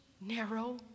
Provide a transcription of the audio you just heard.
narrow